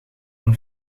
een